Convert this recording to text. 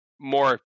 more